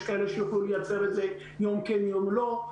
יש כאלה שיוכלו לייצר את זה יום כן-יום לא.